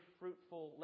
fruitful